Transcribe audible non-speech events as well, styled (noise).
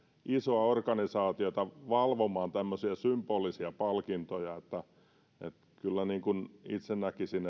isoa organisaatiota valvomaan tämmöisiä symbolisia palkintoja että kyllä itse näkisin (unintelligible)